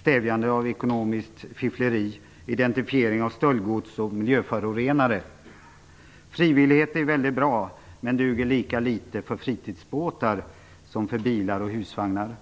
stävjande av ekonomiskt fiffleri, identifiering av stöldgods och miljöförorenare. Frivillighet är väldigt bra, men duger lika litet för fritidsbåtar som för bilar och husvagnar.